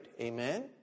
Amen